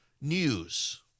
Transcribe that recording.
news